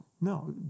No